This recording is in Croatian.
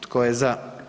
Tko je za?